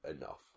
enough